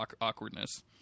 awkwardness